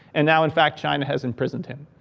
and now in fact, china has imprisoned him.